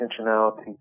intentionality